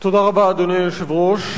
תודה רבה, אדוני היושב-ראש.